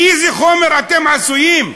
מאיזה חומר אתם עשויים?